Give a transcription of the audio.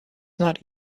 not